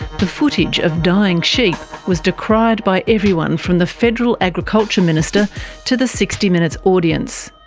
the footage of dying sheep was decried by everyone from the federal agriculture minister to the sixty minutes audience.